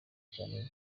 cyane